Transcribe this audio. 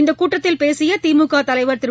இந்தகூட்டத்தில் பேசியதிமுகதலைவர் திரு